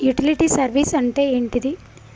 Utility service అంటే ఏంటిది?